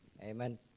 Amen